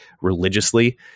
religiously